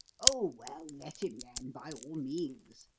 oh, well, let him then, by all means,